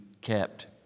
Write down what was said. kept